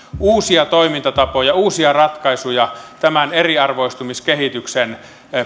uusia toimintatapoja uusia ratkaisuja tämän eriarvoistumiskehityksen